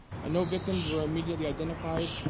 no victims were immediately identified.